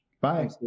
Bye